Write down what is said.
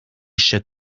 should